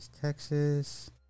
Texas